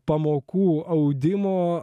pamokų audimo